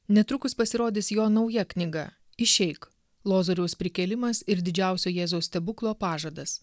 netrukus pasirodys jo nauja knyga išeik lozoriaus prikėlimas ir didžiausio jėzaus stebuklo pažadas